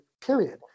period